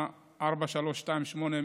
4328,